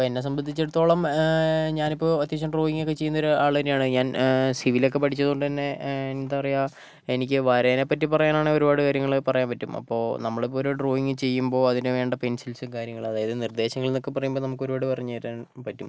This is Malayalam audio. ഇപ്പം എന്നെ സംബന്ധിച്ചടത്തോളം ഞാനിപ്പോൾ അത്യാവശ്യം ഡ്രോയിങ് ഒക്കെ ചെയ്യുന്ന ഒരാള് തന്നെയാണ് ഞാൻ സിവിലക്കെ പഠിച്ചത് കൊണ്ട് തന്നെ എന്താ പറയുക എനിക്ക് വരേനെ പറ്റി പറയാനാണേൽ ഒരുപാട് കാര്യങ്ങള് പറയാൻ പറ്റും അപ്പോൾ നമ്മളിപ്പോൾ ഒരു ഡ്രോയിങ്ങ് ചെയ്യുമ്പോൾ അതിനു വേണ്ട പെൻസിൽസും കാര്യങ്ങളും അതായത് നിർദ്ദേശങ്ങൾ എന്നക്കെ പറയുമ്പോൾ നമുക്ക് ഒരുപാട് പറഞ്ഞു തരാൻ പറ്റും